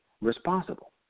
responsible